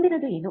ಮುಂದಿನದು ಏನು